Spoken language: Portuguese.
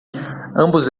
ambos